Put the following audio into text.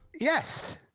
Yes